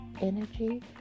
Energy